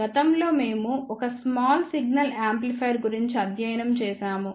గతంలో మేము ఒక స్మాల్ సిగ్నల్ యాంప్లిఫైయర్ గురించి అధ్యయనం చేసాము